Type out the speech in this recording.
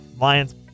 Lions